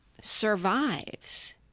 survives